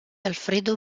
alfredo